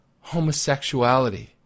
homosexuality